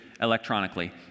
electronically